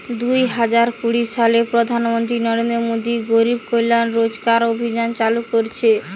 দুই হাজার কুড়ি সালে প্রধান মন্ত্রী নরেন্দ্র মোদী গরিব কল্যাণ রোজগার অভিযান চালু করিছে